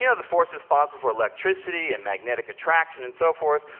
you know the force responsible for electricity and magnetic attraction and so forth.